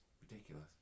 ridiculous